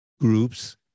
groups